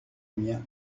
miens